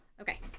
Okay